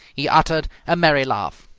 he uttered a merry laugh.